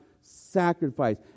sacrifice